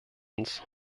uns